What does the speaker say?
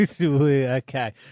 Okay